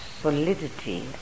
solidity